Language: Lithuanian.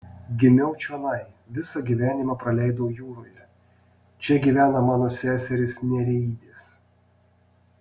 gimiau čionai visą gyvenimą praleidau jūroje čia gyvena mano seserys nereidės